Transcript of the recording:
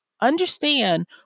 Understand